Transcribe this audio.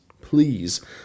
Please